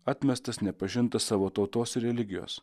atmestas nepažintas savo tautos ir religijos